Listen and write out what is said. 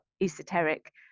esoteric